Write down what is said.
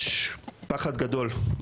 יש פחד גדול.